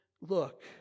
look